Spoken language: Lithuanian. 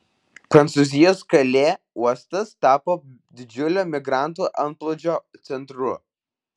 prancūzijos kalė uostas tapo didžiulio migrantų antplūdžio centru